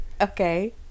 Okay